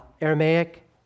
Aramaic